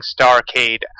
Starcade